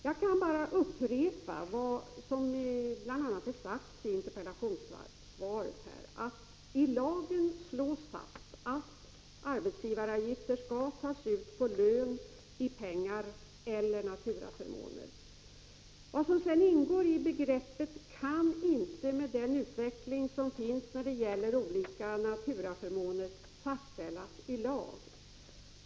Jag kan bara upprepa vad som bl.a. sagts i interpellationssvaret, att det i lagen slås fast att arbetsgivaravgift skall tas ut på lön i form av pengar eller naturaförmåner. Vad som sedan ingår i begreppet kan inte, med den utveckling som finns när det gäller olika naturaförmåner, fastställas i lag.